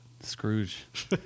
Scrooge